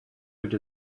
which